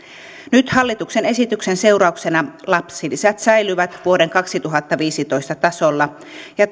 nyt hallituksen esityksen seurauksena lapsilisät säilyvät vuoden kaksituhattaviisitoista tasolla ja